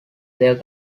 their